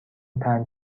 پنج